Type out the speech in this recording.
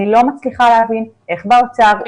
אני לא מצליחה להבין איך באוצר,